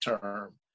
term